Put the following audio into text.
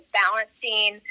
balancing